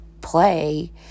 play